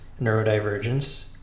neurodivergence